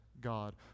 God